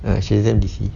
ya shazam D_C